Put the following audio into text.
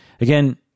Again